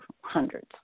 hundreds